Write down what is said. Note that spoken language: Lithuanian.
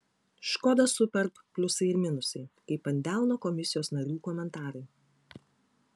škoda superb pliusai ir minusai kaip ant delno komisijos narių komentarai